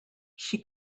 she